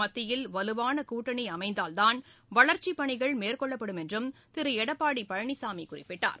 மத்தியில் வலுவான கூட்டணி அமைந்தால் தான் வளர்ச்சிப் பணிகள் மேற்கொள்ளப்படும் என்று திரு எடப்பாடி பழனிசாமி குறிப்பிட்டார்